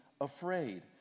afraid